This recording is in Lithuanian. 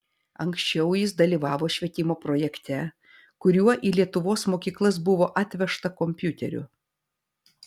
anksčiau jis dalyvavo švietimo projekte kuriuo į lietuvos mokyklas buvo atvežta kompiuterių